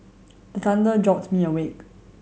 the thunder jolt me awake